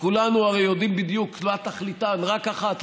שכולנו הרי יודעים בדיוק מה תכליתן: רק אחת,